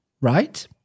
right